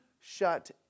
shut